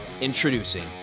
Introducing